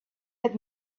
had